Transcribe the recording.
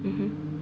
mmhmm